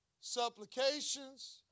supplications